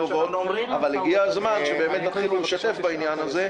אבל הגיע הזמן שתתחילו לשתף בעניין הזה,